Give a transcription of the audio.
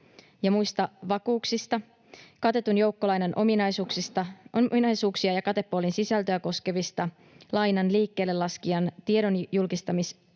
ja muista vakuuksista, katetun joukkolainan ominaisuuksia ja katepoolin sisältöä koskevista lainan liikkeellelaskijan tiedonjulkistamisvelvollisuuksista,